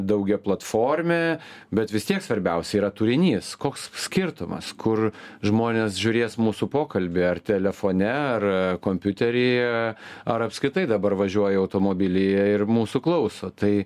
daugiaplatforminė bet vis tiek svarbiausia yra turinys koks skirtumas kur žmonės žiūrės mūsų pokalbį ar telefone ar kompiuteryje ar apskritai dabar važiuoja automobilyje ir mūsų klauso tai